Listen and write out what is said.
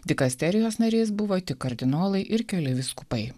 dikasterijos nariais buvo tik kardinolai ir keli vyskupai